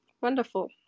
Wonderful